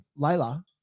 Layla